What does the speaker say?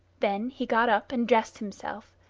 then he got up and dressed himself,